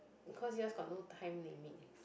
cause yours got no time limit